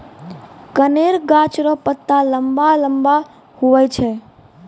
कनेर गाछ रो पत्ता लम्बा लम्बा हुवै छै